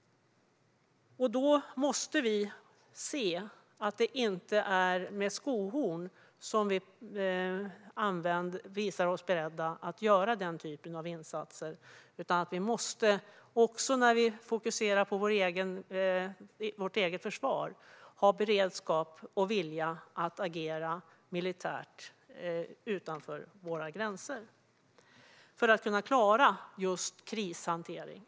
Då måste vi se att det inte är med skohorn som vi visar oss beredda att göra denna typ av insatser. Vi måste i stället, också när vi fokuserar på vårt eget försvar, ha beredskap och vilja att agera militärt utanför våra gränser för att kunna klara just krishantering.